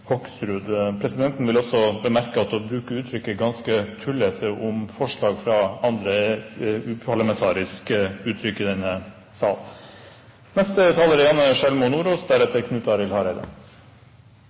Hoksrud. Presidenten vil også bemerke at uttrykket «ganske tullete» – om forslag fra andre